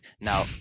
Now